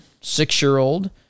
six-year-old